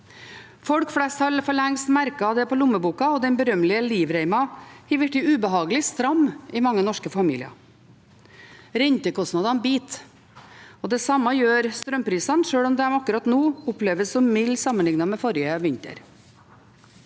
Folk flest har for lengst merket det på lommeboka, og den berømmelige livreima er blitt ubehagelig stram i mange norske familier. Rentekostnadene biter, og det samme gjør strømprisene, sjøl om de akkurat nå oppleves som milde sammenlignet med forrige vinter.